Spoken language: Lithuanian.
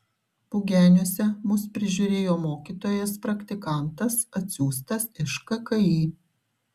bugeniuose mus prižiūrėjo mokytojas praktikantas atsiųstas iš kki